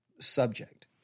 subject